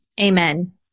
Amen